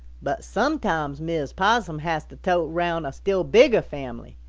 but sometimes mrs. possum has to tote around a still bigger family.